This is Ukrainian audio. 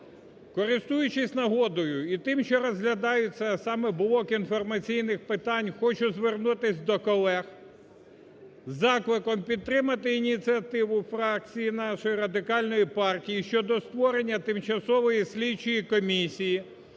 користуючись нагодою і тим, що розглядається саме блок інформаційних питань, хочу звернутись до колег із закликом підтримати ініціативу фракції нашої Радикальної партії щодо створення Тимчасової слідчої комісії